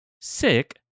sick